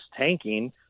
tanking